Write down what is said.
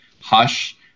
hush